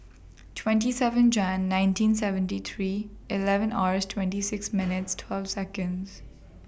twenty seven Jane nineteen seventy three eleven Or twenty six minute twelve Seconds